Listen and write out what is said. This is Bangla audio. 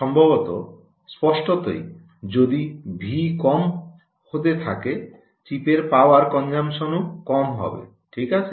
স্পষ্টতই যদি ভি কম হতে থাকে চিপের পাওয়ার কনজামশনও কম হবে ঠিক আছে